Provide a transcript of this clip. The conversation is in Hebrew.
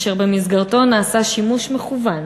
אשר במסגרתו נעשה שימוש מכוון